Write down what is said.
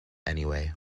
anyway